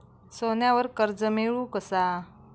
सोन्यावर कर्ज मिळवू कसा?